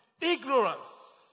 ignorance